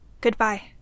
Goodbye